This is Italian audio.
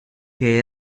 che